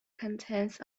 contains